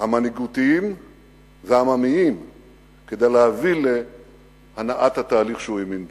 המנהיגותיים והעממיים כדי להביא להנעת התהליך שהוא האמין בו.